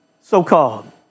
so-called